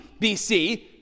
BC